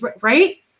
right